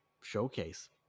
showcase